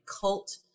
cult